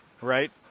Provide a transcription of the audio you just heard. right